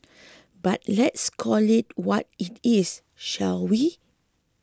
but let's call it what it is shall we